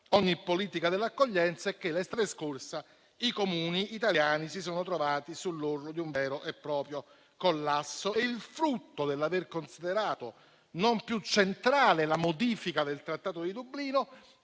ogni politica dell'accoglienza è che l'estate scorsa i Comuni italiani si sono trovati sull'orlo di un vero e proprio collasso, e il frutto dell'aver considerato non più centrale la modifica del Trattato di Dublino